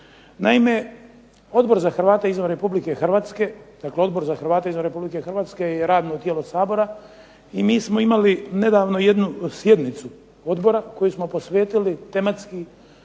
dakle Odbor za Hrvate izvan Republike Hrvatske je i radno tijelo Sabora i mi smo imali nedavno jednu sjednicu odbora koju smo posvetili tematski